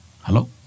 Hello